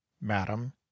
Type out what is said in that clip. Madam